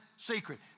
secret